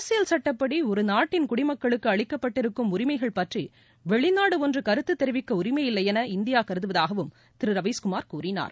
அரசியல் சட்டப்படி ஒரு நாட்டின் குடிமக்களுக்கு அளிக்கப்பட்டிருக்கும் உரிமைகள் பற்றி வெளிநாடு ஒன்று கருத்து தெரிவிக்க உரிமையில்லை என இந்தியா கருதுவதாகவும் திரு ரவீஷ்குமார் கூறினார்